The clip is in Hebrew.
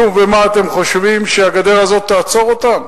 נו, ומה אתם חושבים, שהגדר הזאת תעצור אותם?